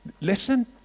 listen